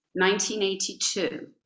1982